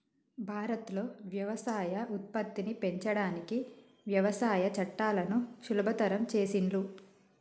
భారత్ లో వ్యవసాయ ఉత్పత్తిని పెంచడానికి వ్యవసాయ చట్టాలను సులభతరం చేసిండ్లు